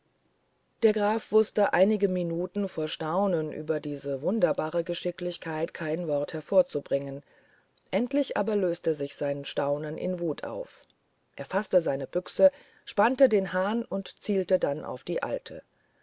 der graf wußte einige minuten vor staunen über diese wunderbare geschicklichkeit kein wort hervorzubringen endlich aber löste sich sein staunen in wut auf er faßte seine büchse spannte den hahn und zielte dann auf die alte